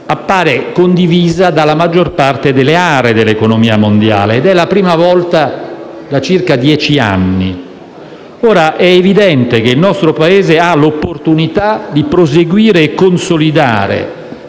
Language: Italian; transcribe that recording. appare condivisa dalla maggior parte delle aree dell'economia mondiale ed è la prima volta da circa dieci anni. È evidente che il nostro Paese ha l'opportunità di proseguire e consolidare